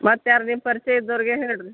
ಮತ್ತು ಯಾರು ನಿಮ್ಮ ಪರಿಚಯ ಇದ್ದವರಿಗೆ ಹೇಳಿರಿ